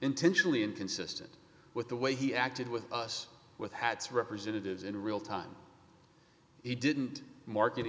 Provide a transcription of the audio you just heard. intentionally inconsistent with the way he acted with us with hats representatives in real time he didn't market